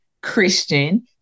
Christian